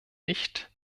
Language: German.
nicht